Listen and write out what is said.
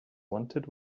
wanted